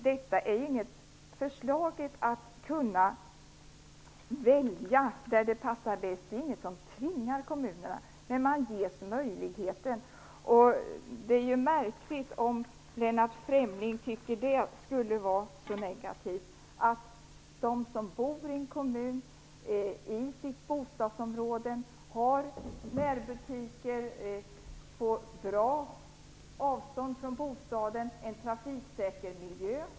Det är ingen som tvingar kommunerna att välja, men de ges denna möjlighet. Det är ju märkligt om Lennart Fremling tycker att det är negativt att människor i ett bostadsområde i en kommun har närbutiker på lagom avstånd från bostaden och en trafiksäker miljö.